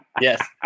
Yes